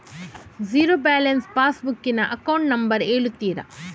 Zero balance pass book ನ account number ಹೇಳುತ್ತೀರಾ?